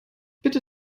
bitte